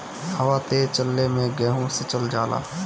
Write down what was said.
हवा तेज चलले मै गेहू सिचल जाला?